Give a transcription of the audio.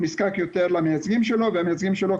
הוא נזקק יותר למייצגים שלו והמייצגים שלו,